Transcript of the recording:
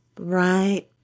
Right